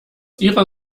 ihrer